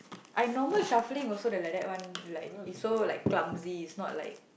I normal shuffling also the like that one like is so like clumsy is not like